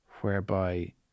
whereby